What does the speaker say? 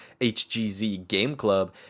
hgzgameclub